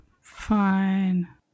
Fine